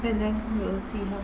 and then we'll see how